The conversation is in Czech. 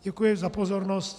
Děkuji za pozornost.